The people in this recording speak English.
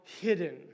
hidden